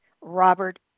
Robert